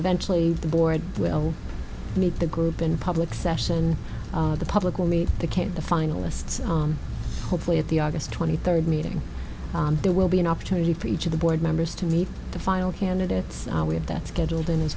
eventually the board will meet the group in public session the public will meet the case of the finalists hopefully at the august twenty third meeting there will be an opportunity for each of the board members to meet the final candidates we have that scheduled in as